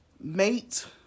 mate